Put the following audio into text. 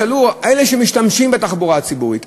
שאלו אלה שמשתמשים בתחבורה ציבורית,